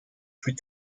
plus